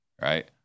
right